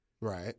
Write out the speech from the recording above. right